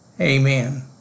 Amen